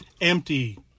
Empty